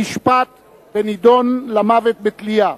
נשפט ונידון למוות בתלייה.